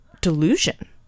delusion